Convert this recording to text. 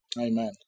Amen